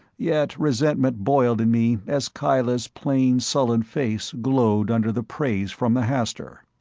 yet resentment boiled in me as kyla's plain sullen face glowed under the praise from the hastur.